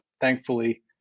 thankfully